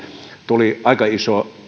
tuli aika iso